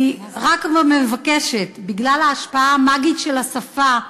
אני רק מבקשת, בגלל ההשפעה המאגית של השפה,